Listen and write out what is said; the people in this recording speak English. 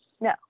no